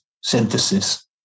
synthesis